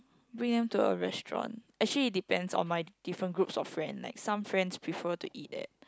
bring them to a restaurant actually it depends on my different groups of friend like some friends prefer to eat that